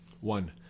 One